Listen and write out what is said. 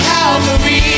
Calvary